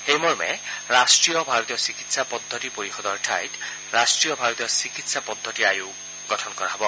সেইমৰ্মে ৰাষ্ট্ৰীয় ভাৰতীয় চিকিৎসা পদ্ধতি পৰিষদৰ ঠাইত ৰাষ্ট্ৰীয় ভাৰতীয় চিকিৎসা পদ্ধতি আয়োগ গঠন কৰা হ'ব